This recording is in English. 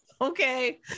Okay